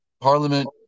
Parliament